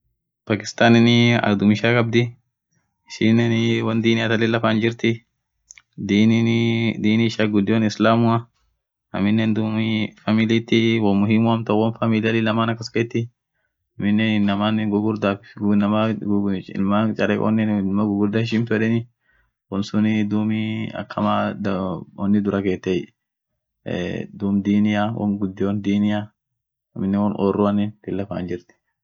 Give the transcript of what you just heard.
Pakistanin adhum ishia khabdhii ishinen wonn dini thaan lila fan jirthi dininiiiii dini ishian ghudio islamua aminen dhub familithii wonn muhimu hamtua won familia lila maana kaskheti aminen inamaa ghughurdha iliman charekhone inamaa ghughurdha hishmtu yedheni wonsun dhubii akamaa wonni dhura kheteii eee dhub dinia won ghudion dinia aminen won oruuanen akamaa fan jirthi